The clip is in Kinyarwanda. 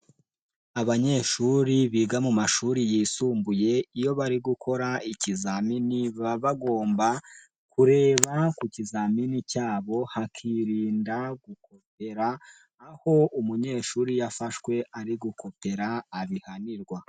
Abanyeshuri biga mu mashuri yisumbuye iyo bari gukora ikizamini baba bagomba kureba ku kizamini cyabo hakirinda gukopera aho umunyeshuri iyo afashwe ari gukopera abihanirwa.